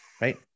right